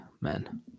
men